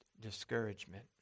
discouragement